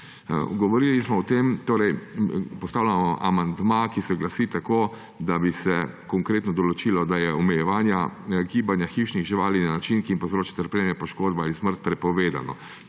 konkretna, nedvoumna. Postavljamo amandma, ki se glasi tako, da bi se konkretno določilo, da je omejevanje gibanja hišnih živali na način, ki jim povzroča trpljenje, poškodbo ali smrt, prepovedano.